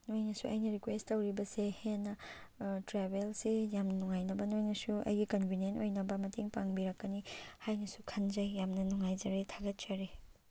ꯅꯣꯏꯅꯁꯨ ꯑꯩꯅ ꯔꯤꯀ꯭ꯋꯦꯁ ꯇꯧꯔꯤꯕꯁꯦ ꯍꯦꯟꯅ ꯇ꯭ꯔꯥꯕꯦꯜꯁꯦ ꯌꯥꯝ ꯅꯨꯡꯉꯥꯏꯅꯕ ꯅꯣꯏꯅꯁꯨ ꯑꯩꯒꯤ ꯀꯟꯕꯤꯅꯦꯟ ꯑꯣꯏꯅꯕ ꯃꯇꯦꯡ ꯄꯥꯡꯕꯤꯔꯛꯀꯅꯤ ꯍꯥꯏꯅꯁꯨ ꯈꯟꯖꯩ ꯌꯥꯝꯅ ꯅꯨꯡꯉꯥꯏꯖꯔꯦ ꯊꯥꯒꯠꯆꯔꯤ